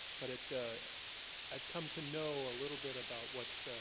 but it i've come to know a little bit about what's